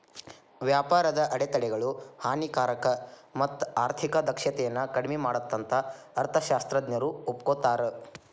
ವ್ಯಾಪಾರದ ಅಡೆತಡೆಗಳು ಹಾನಿಕಾರಕ ಮತ್ತ ಆರ್ಥಿಕ ದಕ್ಷತೆನ ಕಡ್ಮಿ ಮಾಡತ್ತಂತ ಅರ್ಥಶಾಸ್ತ್ರಜ್ಞರು ಒಪ್ಕೋತಾರ